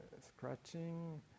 scratching